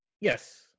Yes